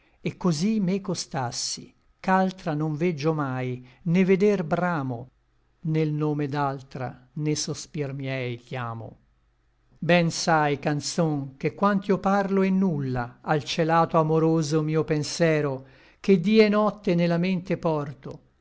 et cosí meco stassi ch'altra non veggio mai né veder bramo né l nome d'altra né sospir miei chiamo ben sai canzon che quant'io parlo è nulla al celato amoroso mio pensero che dí et nocte ne la mente porto